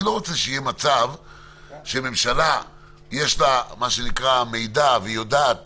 אני לא רוצה שיהיה מצב בו לממשלה יש מידע והיא יודעת